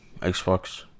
Xbox